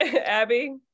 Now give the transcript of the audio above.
Abby